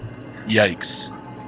Yikes